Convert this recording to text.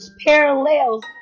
parallels